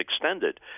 extended